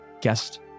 guest